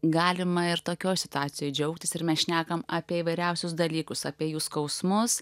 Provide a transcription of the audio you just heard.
galima ir tokioj situacijoj džiaugtis ir mes šnekam apie įvairiausius dalykus apie jų skausmus